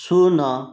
ଶୂନ